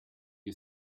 you